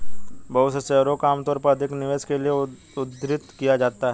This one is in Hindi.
बहुत से शेयरों को आमतौर पर अधिक निवेश के लिये उद्धृत किया जाता है